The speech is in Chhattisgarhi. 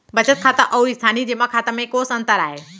बचत खाता अऊ स्थानीय जेमा खाता में कोस अंतर आय?